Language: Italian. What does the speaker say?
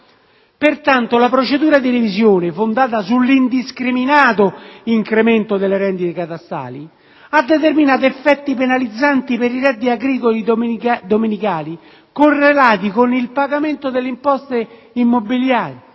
Pertanto la procedura di revisione, fondata sull'indiscriminato incremento delle rendite catastali, ha determinato effetti penalizzanti per i redditi agricoli dominicali correlati con il pagamento delle imposte immobiliari.